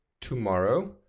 tomorrow